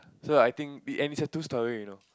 so I think it end and it's two storey you know